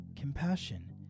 compassion